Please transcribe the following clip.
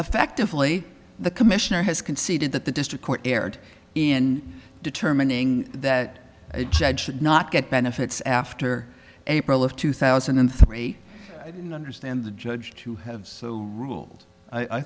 effectively the commissioner has conceded that the district court erred in determining that a judge should not get benefits after april of two thousand and three i didn't understand the judge to have so ruled i